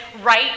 right